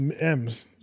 M's